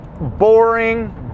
boring